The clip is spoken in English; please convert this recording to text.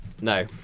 no